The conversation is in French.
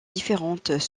différentes